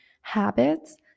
habits